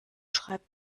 schreibt